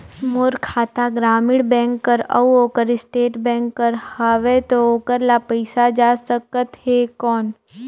मोर खाता ग्रामीण बैंक कर अउ ओकर स्टेट बैंक कर हावेय तो ओकर ला पइसा जा सकत हे कौन?